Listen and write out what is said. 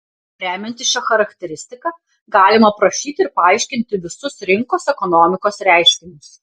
remiantis šia charakteristika galima aprašyti ir paaiškinti visus rinkos ekonomikos reiškinius